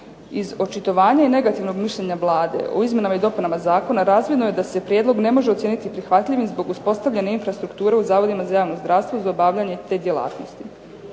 Iz očitovanja i negativnog mišljenja Vlade o izmjenama i dopunama zakona razvidno je da se prijedlog ne može ocijeniti prihvatljivim zbog uspostavljanja infrastrukture u zavodima za javno zdravstvo za obavljanje te djelatnosti.